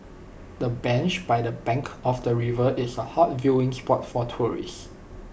the bench by the bank of the river is A hot viewing spot for tourists